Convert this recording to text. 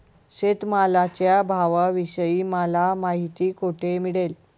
शेतमालाच्या भावाविषयी मला माहिती कोठे मिळेल?